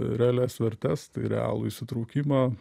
realias vertes tai realų įsitraukimą